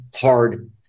hard